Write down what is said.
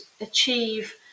achieve